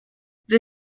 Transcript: the